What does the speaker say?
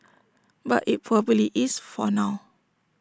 but IT probably is for now